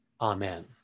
Amen